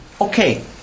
Okay